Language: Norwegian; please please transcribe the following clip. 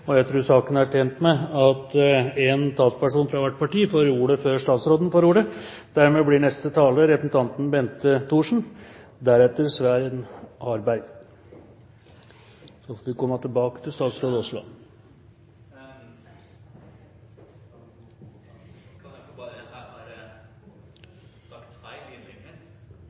og jeg tror saken er tjent med at en talsperson fra hvert parti får ordet før statsråden får ordet. Dermed blir neste taler representanten Bente Thorsen – deretter Svein Harberg. Så får vi komme tilbake til statsråd Aasland. Jeg har sagt noe feil